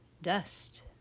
dust